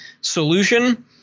solution